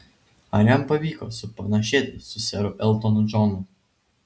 ar jam pavyko supanašėti su seru eltonu džonu